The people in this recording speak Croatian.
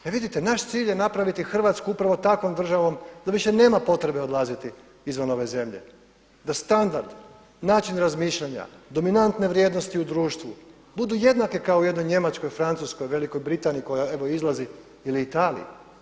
E vidite, naš cilj je napraviti Hrvatsku upravo takvom državom da više nema potrebe odlaziti izvan ove zemlje, da standard, način razmišljanja, dominantne vrijednosti u društvu budu jednake kao u jednoj Njemačkoj, Francuskoj, Velikoj Britaniji koja evo izlazi ili Italiji.